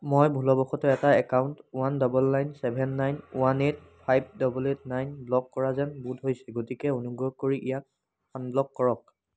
মই ভুলবশতঃ এটা account one double nine seven nine one eight five double eight nine block কৰা যেন বোধ হৈছে গতিকে অনুগ্ৰহ কৰি ইয়াক আনব্ল'ক কৰক